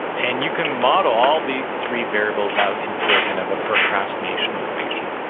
and you can model all these three variables out into a kind of a procrastination equation.